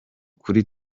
kuri